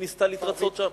וניסתה להתרצות שם,